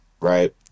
right